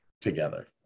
together